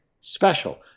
special